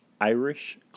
Irish